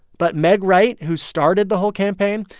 but megh wright, who started the whole campaign,